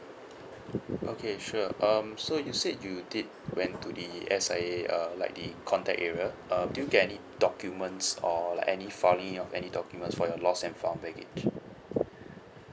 okay sure um so you said you did went to the S_I_A uh like the contact area uh do you get any documents or like any filing of any documents for your lost and found baggage